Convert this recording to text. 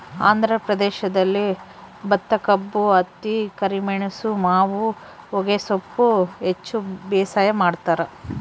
ಆಂಧ್ರ ಪ್ರದೇಶದಲ್ಲಿ ಭತ್ತಕಬ್ಬು ಹತ್ತಿ ಕರಿಮೆಣಸು ಮಾವು ಹೊಗೆಸೊಪ್ಪು ಹೆಚ್ಚು ಬೇಸಾಯ ಮಾಡ್ತಾರ